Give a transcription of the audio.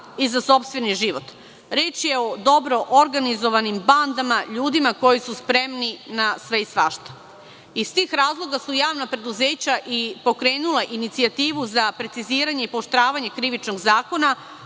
i za sopstveni život. Reč je o dobro organizovanim bandama, ljudima koji su spremni na sve i svašta. Iz tih razloga su javna preduzeća i pokrenula inicijativu za preciziranje i pooštravanje Krivičnog zakona,